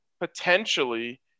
potentially